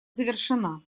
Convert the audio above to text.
завершена